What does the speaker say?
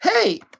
hey